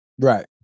Right